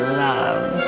love